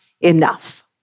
enough